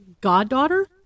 goddaughter